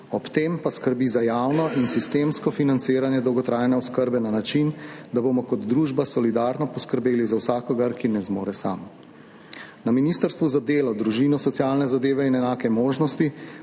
ob tem pa skrbi za javno in sistemsko financiranje dolgotrajne oskrbe na način, da bomo kot družba solidarno poskrbeli za vsakogar, ki ne zmore sam. Na Ministrstvu za delo, družino, socialne zadeve in enake možnosti